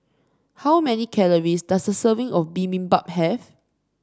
how many calories does a serving of bibimbap have